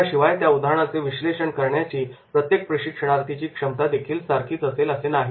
याशिवाय त्या उदाहरणाचे विश्लेषण करण्याची प्रत्येक प्रशिक्षणार्थी ची क्षमता देखील सारखीच असेल असे काही नाही